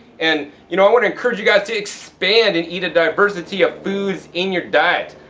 and, you know, i want to encourage you guys to expand and eat a diversity of foods in your diet.